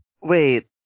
Wait